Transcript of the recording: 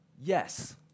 Yes